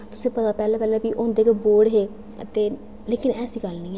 तुसेंगी पता पैहलें पैहलें बी होंदे गै बोह्ड़ हे ते लेकिन ऐसी गल्ल नेईं ऐ